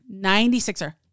96er